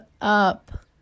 up